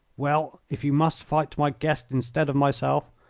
well, if you must fight my guest instead of myself,